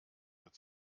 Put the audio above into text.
mit